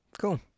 Cool